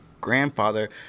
grandfather